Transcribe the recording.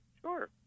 Sure